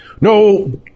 No